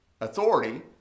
authority